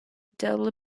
double